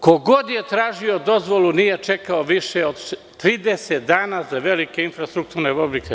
Ko god je tražio dozvolu, nije čekao više od 30 dana za velike infrastrukturne objekte.